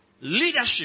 leadership